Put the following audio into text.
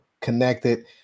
connected